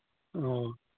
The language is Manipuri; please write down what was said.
ꯑꯧ